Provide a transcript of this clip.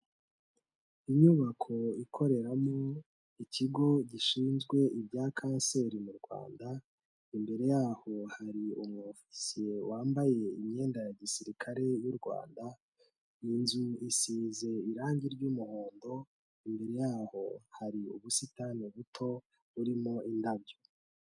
Inyubako ikoreramo ikigo gishinzwe ibya Kanseri mu Rwanda, imbere yaho hari umwofisiye wambaye imyenda ya gisirikare y'u Rwanda, inzu isize irangi ry'umuhondo, imbere yaho hari ubusitani buto burimo indabyo.